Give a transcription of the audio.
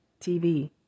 TV